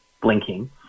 blinking